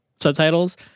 subtitles